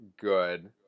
good